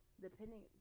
depending